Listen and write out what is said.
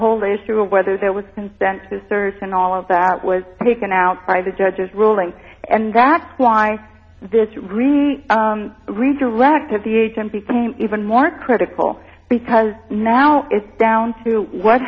whole issue of whether there was consent to search and all of that was taken out by the judge's ruling and that's why this really research director of the agent became even more critical because now it's down to what